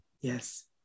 yes